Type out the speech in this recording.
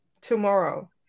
tomorrow